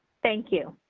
thank you.